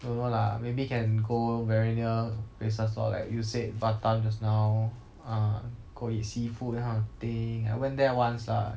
don't know lah maybe can go very near places lor like you said batam just now uh go eat seafood this kind of thing I went there once lah